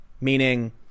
meaning